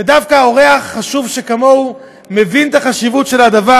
דווקא אורח חשוב כמוהו מבין את החשיבות של הדבר.